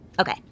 Okay